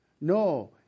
No